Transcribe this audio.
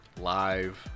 live